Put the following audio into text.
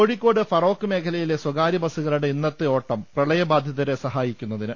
കോഴിക്കോട് ഫറോക്ക് മേഖലയിലെ സ്വകാര്യ ബസ്സുകളുടെ ഇന്നത്തെ ഓട്ടം പ്രളയബാധിതരെ സഹായിക്കുന്നതിന്